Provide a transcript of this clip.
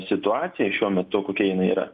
situaciją šiuo metu kokia jinai yra